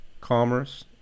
commerce